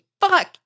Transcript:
fuck